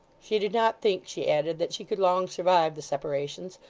she did not think, she added, that she could long survive the separations,